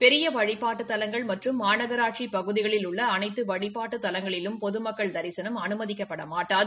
பெரிய வழிபாட்டு தலங்கள் மற்றும் மாநகராட்சிப் பகுதிகளில் உள்ள அனைத்து வழிபாட்டுத் தலங்களிலும் பொதுமக்கள் தரிசனம் அனுமதிக்கப்பட மாட்டாது